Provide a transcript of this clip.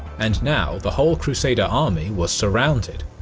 and now the whole crusader army was surrounded.